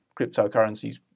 cryptocurrencies